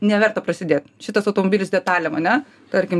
neverta prasidėt šitas automobilis detalėm ane tarkim